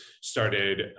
started